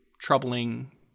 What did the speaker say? troubling